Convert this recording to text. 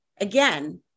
Again